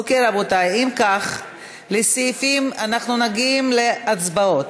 אוקיי, רבותי, אם כך, אנחנו מגיעים להצבעות.